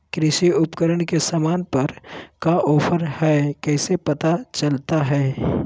कृषि उपकरण के सामान पर का ऑफर हाय कैसे पता चलता हय?